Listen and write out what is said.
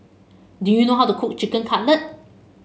do you know how to cook Chicken Cutlet